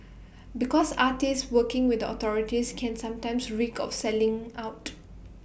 because artists working with the authorities can sometimes reek of selling out